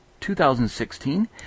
2016